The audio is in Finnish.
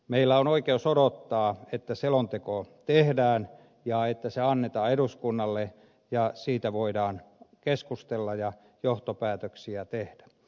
meillä on oikeus odottaa että selonteko tehdään ja että se annetaan eduskunnalle ja siitä voidaan keskustella ja johtopäätöksiä tehdä